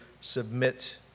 submit